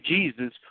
Jesus